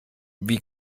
wie